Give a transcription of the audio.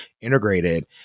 integrated